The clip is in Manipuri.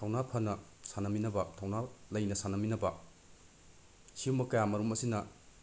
ꯊꯧꯅꯥ ꯐꯅ ꯁꯥꯟꯅꯃꯤꯟꯅꯕ ꯊꯧꯅꯥ ꯂꯩꯅ ꯁꯥꯟꯅꯃꯤꯟꯅꯕ ꯁꯤꯒꯨꯝꯕ ꯀꯌꯥꯃꯔꯨꯝ ꯑꯁꯤꯅ